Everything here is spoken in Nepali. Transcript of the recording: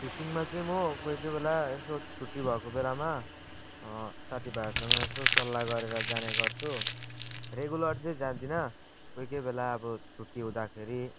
फिसिङमा चाहिँ म कोही कोही बेला यसो छुट्टी भएको बेलामा साथी भाइहरूसँग यसो सल्लाह गरेर जाने गर्छु रेगुलर चाहिँ जादिनँ कोही कोही बेला अब छुट्टी हुँदाखेरि